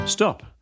Stop